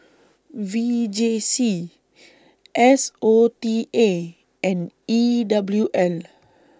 V J C S O T A and E W L